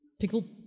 pickled